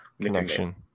connection